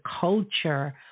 culture